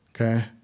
Okay